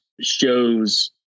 shows